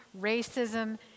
racism